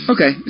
Okay